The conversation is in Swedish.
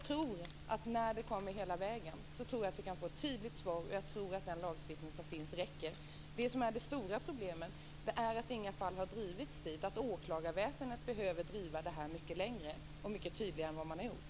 När ett fall har gått hela vägen tror jag att vi kan få ett tydligt svar, och jag tror att den lagstiftning som finns räcker. Det stora problemet är att inga fall har drivits så långt. Åklagarväsendet behöver driva det här mycket längre och tydligare än man har gjort.